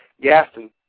Gaston